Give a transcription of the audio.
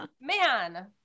Man